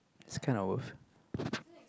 it's kind of worth